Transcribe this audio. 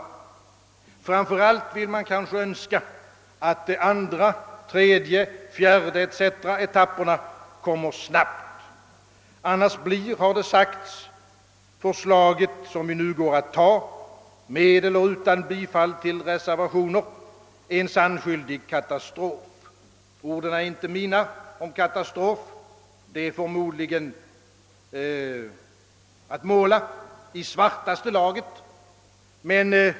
Framför allt önskar man kanske att de andra, tredje, fjärde etc. etapperna kommer snabbt. Annars blir, har det sagts, de förslag som vi nu går att ta — med eller utan bifall till reservationer — en sannskyldig katastrof. Ordet katastrof är inte mitt — att framställa situationen så är förmodligen att måla i svartaste laget.